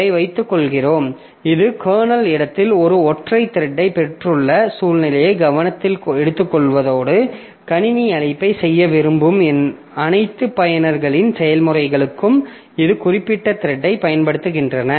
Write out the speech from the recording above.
இதை எடுத்துக்கொள்கிறோம் இது கர்னல் இடத்தில் ஒரு ஒற்றை த்ரெட்டைப் பெற்றுள்ள சூழ்நிலையை கவனத்தில் எடுத்துக்கொள்வதோடு கணினி அழைப்பை செய்ய விரும்பும் அனைத்து பயனர்களின் செயல்முறைகளும் இந்த குறிப்பிட்ட த்ரெட்டைப் பயன்படுத்துகின்றன